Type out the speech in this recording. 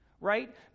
right